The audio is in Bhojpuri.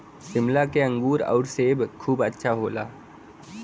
शिमला के अंगूर आउर सेब खूब अच्छा होला